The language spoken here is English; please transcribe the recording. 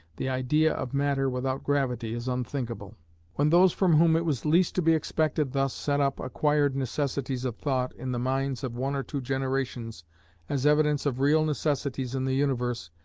the idea of matter without gravity is unthinkable when those from whom it was least to be expected thus set up acquired necessities of thought in the minds of one or two generations as evidence of real necessities in the universe,